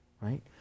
right